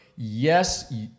yes